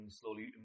slowly